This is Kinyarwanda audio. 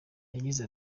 yagize